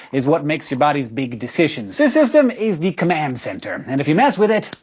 is what makes your bodies big decisions. this system is the command center, and if you mess with it,